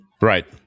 right